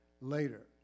later